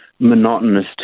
monotonous